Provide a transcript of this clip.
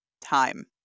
time